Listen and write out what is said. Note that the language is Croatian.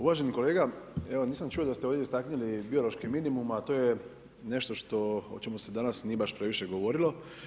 Uvaženi kolega, evo nisam čuo da ste ovdje istaknuli, biološki minimum, a to je nešto što o čemu se danas nije baš previše govorilo.